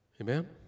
Amen